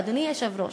ואדוני היושב-ראש,